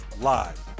Live